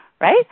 right